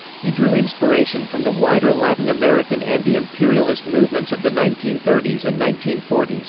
he drew inspiration from the wider latin american anti-imperialist movements of the nineteen thirty s and nineteen forty s,